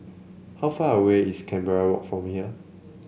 how far away is Canberra Walk from here